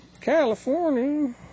California